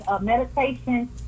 meditation